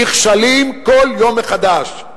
נכשלים כל יום מחדש.